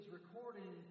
recording